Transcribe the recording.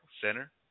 center